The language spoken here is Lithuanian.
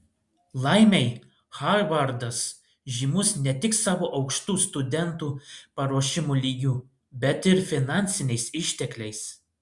laimei harvardas žymus ne tik savo aukštu studentų paruošimo lygiu bet ir finansiniais ištekliais